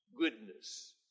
goodness